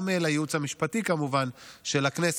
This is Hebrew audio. גם לייעוץ המשפטי של הכנסת,